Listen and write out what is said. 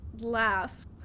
laugh